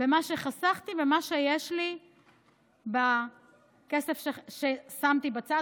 מה שחסכתי ומה שיש לי בכסף ששמתי בצד,